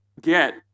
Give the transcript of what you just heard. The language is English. get